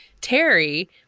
Terry